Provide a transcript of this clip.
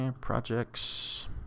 Projects